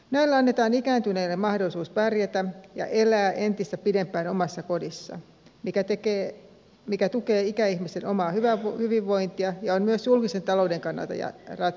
näillä annetaan ikääntyneille mahdollisuus pärjätä ja elää entistä pidempään omassa kodissaan mikä tukee ikäihmisten omaa hyvinvointia ja on myös julkisen talouden kannalta järkevää